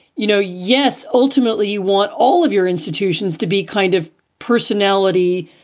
you know, yes, ultimately you want all of your institutions to be kind of personality,